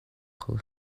kho